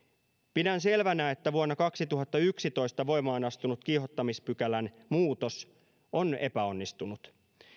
pidän selvänä että vuonna kaksituhattayksitoista voimaan astunut kiihottamispykälän muutos on epäonnistunut